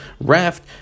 raft